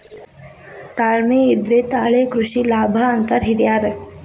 ತಾಳ್ಮೆ ಇದ್ರೆ ತಾಳೆ ಕೃಷಿ ಲಾಭ ಅಂತಾರ ಹಿರ್ಯಾರ್